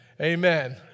Amen